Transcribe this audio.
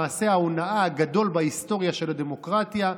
מעשה ההונאה הגדול בהיסטוריה של הדמוקרטיה,